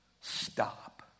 stop